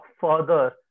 further